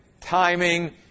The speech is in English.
timing